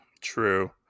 True